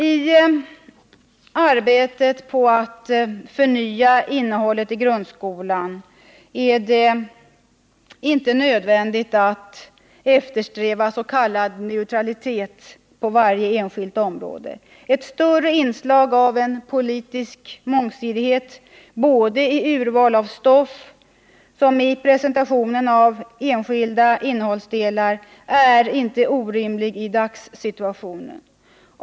I arbetet på att förnya innehållet i grundskolan är det inte nödvändigt att eftersträva s.k. neutralitet på varje enskilt område. Ett större inslag av politisk mångsidighet både i urvalet av stoff och i presentationen av enskilda innehållsdelar är inte orimligt i dagssituationen.